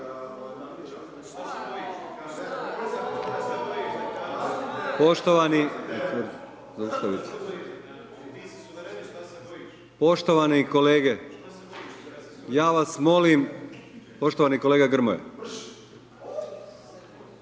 poštovani kolege, ja vas molim. Poštovani kolega Grmoja.